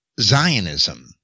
Zionism